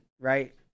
right